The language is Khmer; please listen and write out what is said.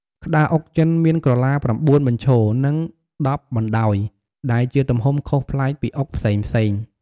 ក្តារអុកចិនមានក្រឡា ៩ បញ្ឈរ និង ១០ បណ្តាយ ដែលជាទំហំខុសប្លែកពីអុកផ្សេងៗ។